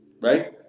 right